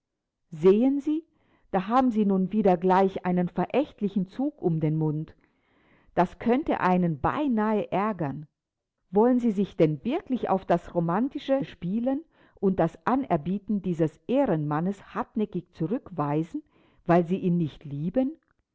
sehen sie da haben sie nun gleich wieder einen verächtlichen zug um den mund das könnte einen beinahe ärgern wollen sie sich denn wirklich auf das romantische spielen und das anerbieten dieses ehrenmannes hartnäckig zurückweisen weil sie ihn nicht lieben